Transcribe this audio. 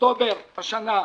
אוקטובר השנה,